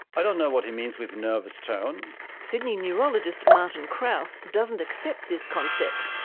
i don't know what he means with nervous tone. sydney neurologist martin krause doesn't accept this concept,